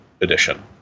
edition